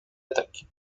attaque